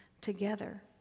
together